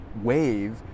wave